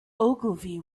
ogilvy